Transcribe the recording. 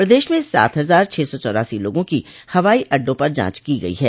प्रदेश में सात हजार छह सौ चौरासी लोगों की हवाई अड्डों पर जांच की गई है